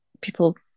people